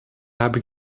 habe